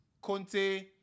Conte